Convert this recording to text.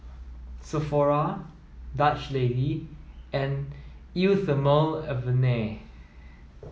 Sephora Dutch Lady and Eau Thermale Avene